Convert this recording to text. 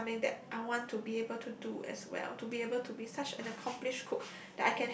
that is something that I want to be able to do as well to be able to be such an accomplish cook